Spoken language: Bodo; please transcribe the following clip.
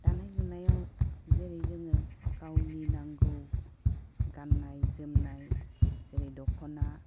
दानाय लुनायाव जेरै जोङो गावनि नांगौ गाननाय जोमनाय जेरै दख'ना